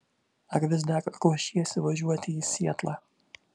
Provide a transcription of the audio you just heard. ar vis dar ruošiesi važiuoti į sietlą